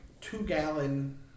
two-gallon